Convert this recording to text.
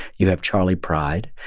you have charley pride.